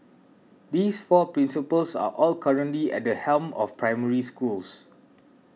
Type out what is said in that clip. these four principals are all currently at the helm of Primary Schools